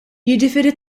jiġifieri